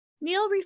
Neil